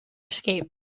escape